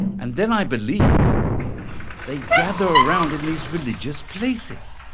and then i believe they gather around in these religious places.